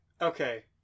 Okay